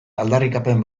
aldarrikapen